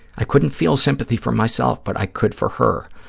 i couldn't feel sympathy for myself but i could for her.